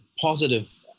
positive